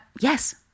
yes